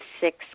six